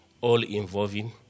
all-involving